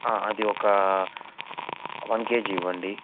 అది ఒక one KG ఇవ్వండి